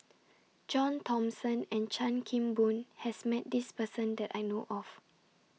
John Thomson and Chan Kim Boon has Met This Person that I know of